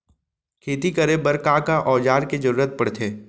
खेती करे बर का का औज़ार के जरूरत पढ़थे?